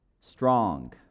Strong